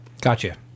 Gotcha